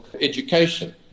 Education